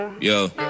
Yo